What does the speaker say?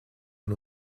han